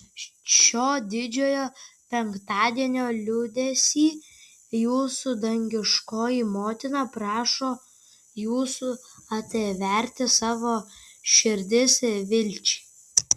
šio didžiojo penktadienio liūdesy jūsų dangiškoji motina prašo jūsų atverti savo širdis vilčiai